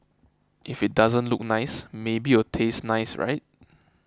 if it doesn't look nice maybe it'll taste nice right